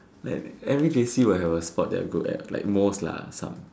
like every J_C will have a sport that they are good at like most lah some